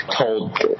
told